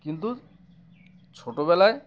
কিন্তু ছোটবেলায়